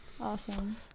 awesome